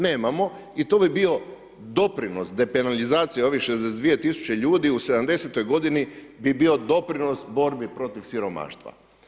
Nemamo i to bi bio doprinos depenalizacije ovih 62 tisuće ljudi u 70.-oj godini bi bio doprinos borbi protiv siromaštva.